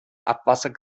abwasser